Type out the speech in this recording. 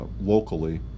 locally